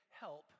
help